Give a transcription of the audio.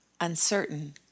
uncertain